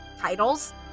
titles